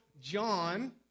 John